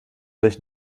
dich